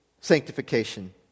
sanctification